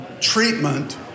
treatment